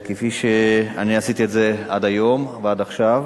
כפי שעשיתי את זה עד היום ועד עכשיו.